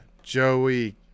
Joey